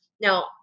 Now